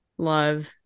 love